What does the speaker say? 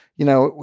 you know,